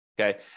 okay